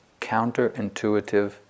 counterintuitive